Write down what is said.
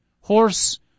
horse